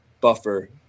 buffer